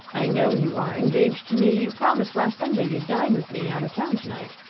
i know you are engaged to me! you promised last sunday you'd dine with me out of town to-night.